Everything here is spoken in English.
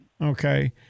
okay